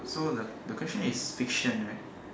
so the the question is fiction right